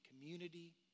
community